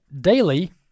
Daily